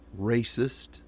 racist